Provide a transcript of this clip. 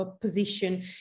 position